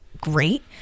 great